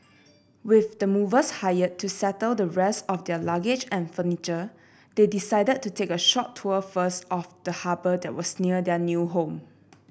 with the movers hired to settle the rest of their luggage and furniture they decided to take a short tour first of the harbour that was near their new home